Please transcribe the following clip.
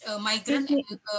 migrant-